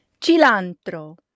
Cilantro